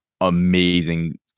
amazing